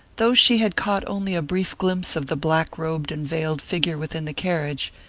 though she had caught only a brief glimpse of the black-robed and veiled figure within the carriage,